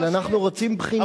אבל אנחנו רוצים בחינה אחידה.